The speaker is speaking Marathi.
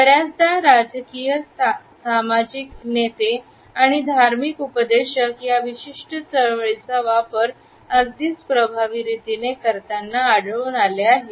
बर्याचदा सामाजिक राजकीय नेते आणि धार्मिक उपदेशक या विशिष्ट चळवळीचा वापर अगदीच प्रभावी रीतीने करतात असे आढळून आले आहे